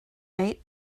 mate